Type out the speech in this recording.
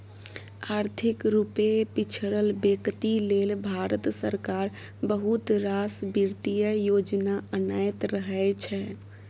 आर्थिक रुपे पिछरल बेकती लेल भारत सरकार बहुत रास बित्तीय योजना अनैत रहै छै